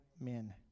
men